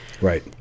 Right